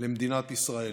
למדינת ישראל.